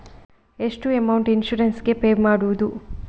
ಎಷ್ಟು amount insurance ಗೇ pay ಮಾಡುವುದು?